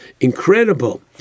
Incredible